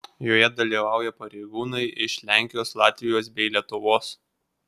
joje dalyvauja pareigūnai iš lenkijos latvijos bei lietuvos